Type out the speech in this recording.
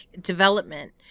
development